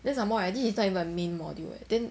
then some more I this is not even a main module leh then